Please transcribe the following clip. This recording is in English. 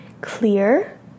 Clear